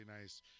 nice